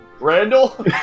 Randall